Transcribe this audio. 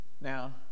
Now